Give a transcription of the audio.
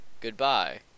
Goodbye